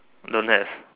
don't have